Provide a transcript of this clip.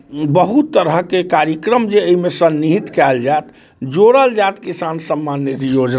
बहुत तरहके कार्यक्रम जे एहिमे सन्निहित कयल जायत जोड़ल जायत किसान सम्मान निधि योजना